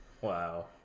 Wow